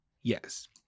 Yes